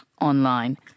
online